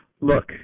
look